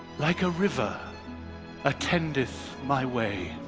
like a river attendeth my way,